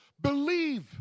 Believe